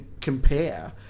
compare